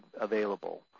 available